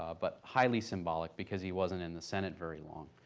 ah but highly symbolic because he wasn't in the senate very long.